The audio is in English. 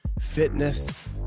fitness